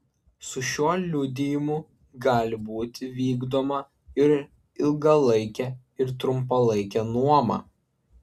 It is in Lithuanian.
su šiuo liudijimu gali būti vykdoma ir ilgalaikė ir trumpalaikė nuoma